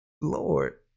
Lord